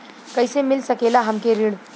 कइसे मिल सकेला हमके ऋण?